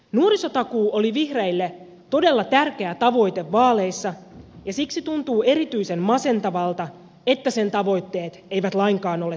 nuorisotakuu oli vihreille todella tärkeä tavoite vaaleissa ja siksi tuntuu erityisen masentavalta että sen tavoitteet eivät lainkaan ole toteutuneet